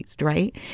Right